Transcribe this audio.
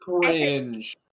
Cringe